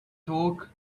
talk